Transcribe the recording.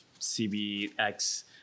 CBX